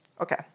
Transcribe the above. Okay